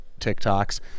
tiktoks